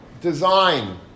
design